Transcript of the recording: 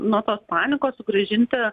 nuo tos panikos sugrąžinti